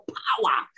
power